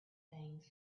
things